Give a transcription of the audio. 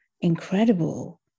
incredible